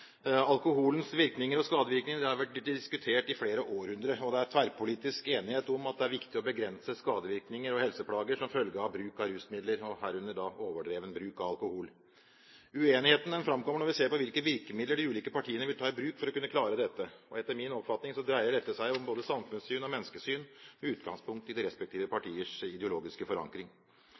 Alkoholens virkninger og skadevirkninger har vært diskutert i flere århundrer. Det er tverrpolitisk enighet om at det er viktig å begrense skadevirkninger og helseplager som følge av bruk av rusmidler, herunder overdreven bruk av alkohol. Uenigheten framkommer når vi ser på hvilke virkemidler de ulike partiene vil ta i bruk for å kunne klare dette. Etter min oppfatning dreier dette seg om både samfunnssyn og menneskesyn, med utgangspunkt i de respektive partiers ideologiske forankring.